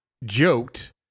joked